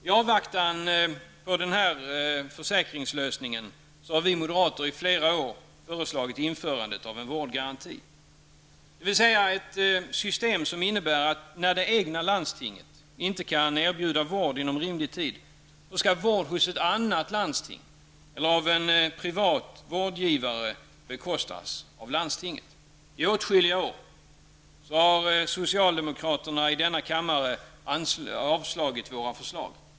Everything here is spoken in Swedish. I avvaktan på den här försäkringslösningen har vi moderater i flera år föreslagit införandet av en vårdgaranti, dvs. ett system som innebär att när det egna landstinget inte kan erbjuda vård inom rimlig tid, skall vård hos ett annat landsting eller en privat vårdgivare bekostas av landstinget. I åtskilliga år har socialdemokraterna i denna kammare avslagit våra förslag.